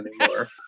anymore